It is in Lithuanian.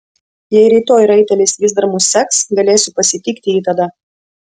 jei rytoj raitelis vis dar mus seks galėsiu pasitikti jį tada